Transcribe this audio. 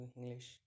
English